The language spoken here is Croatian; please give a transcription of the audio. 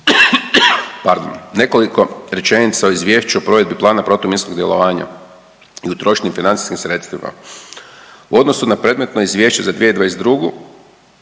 Nekoliko rečenica o Izvješću o provedbi Plana protuminskog djelovanja i utrošnji financijskim sredstvima. U odnosu na predmetno izvješće za 2022.